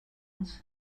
was